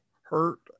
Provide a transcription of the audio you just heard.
hurt